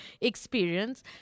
experience